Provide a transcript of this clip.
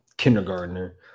Kindergartner